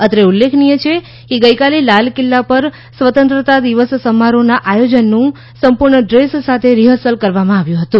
અત્રે ઉલ્લેખનીય છે કે ગઈકાલે લાલ કિલ્લા પર સ્વતંત્રતા દિવસ સમારોહના આયોજનનું સંપૂર્ણ ડ્રેસ સાથે રિહર્સલ કરવામાં આવ્યું હતું